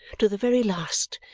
to the very last,